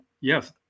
yes